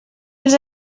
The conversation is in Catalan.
els